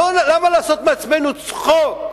למה לעשות מעצמנו צחוק?